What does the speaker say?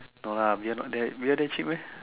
no lah we're not that we're that cheap meh